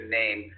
name